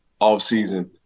offseason